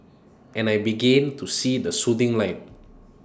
and I begin to see the soothing light